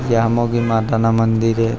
જામોગી માતાના મંદિરે